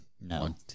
No